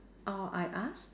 or I ask